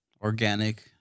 organic